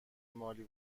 مالی